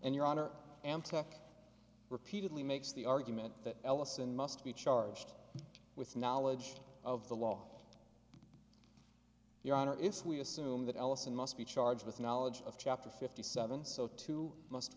and your honor i am stuck repeatedly makes the argument that ellison must be charged with knowledge of the law your honor if we assume that ellison must be charged with knowledge of chapter fifty seven so too must